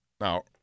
now